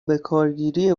بکارگیری